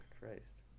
Christ